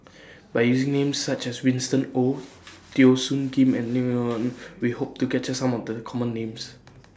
By using Names such as Winston Oh Teo Soon Kim and We Hope to capture Some of The Common Names